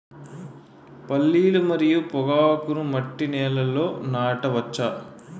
పల్లీలు మరియు పొగాకును మట్టి నేలల్లో నాట వచ్చా?